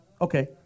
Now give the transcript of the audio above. Okay